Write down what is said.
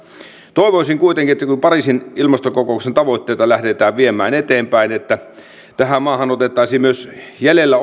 toivoisin kuitenkin että kun pariisin ilmastokokouksen tavoitteita lähdetään viemään eteenpäin tähän maahan otettaisiin myös jäljellä